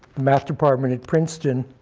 math department at princeton